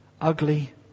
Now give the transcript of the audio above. Ugly